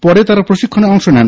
পরে তারা প্রশিক্ষণে অংশ নেন